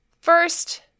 First